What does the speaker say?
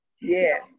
Yes